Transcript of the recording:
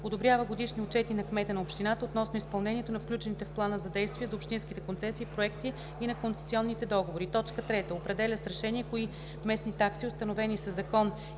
одобрява годишни отчети на кмета на общината относно изпълнението на включените в плана за действие за общинските концесии проекти и на концесионните договори; 3. определя с решение кои местни такси, установени със закон,